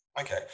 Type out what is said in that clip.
Okay